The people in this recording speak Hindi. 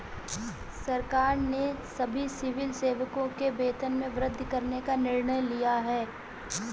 सरकार ने सभी सिविल सेवकों के वेतन में वृद्धि करने का निर्णय लिया है